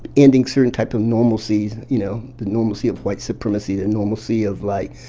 ending certain types of normalcies. you know, the normalcy of white supremacy, the normalcy of, like,